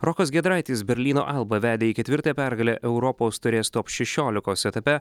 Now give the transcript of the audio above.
rokas giedraitis berlyno alba vedė į ketvirtąją pergalę europos taurės top šešiolikos etape